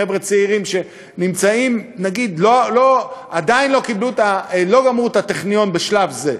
חבר'ה צעירים שנגיד עדיין לא גמרו את הטכניון בשלב זה,